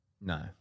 No